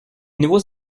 nouveaux